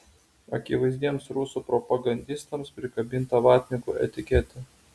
akivaizdiems rusų propagandistams prikabinta vatnikų etiketė